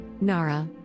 Nara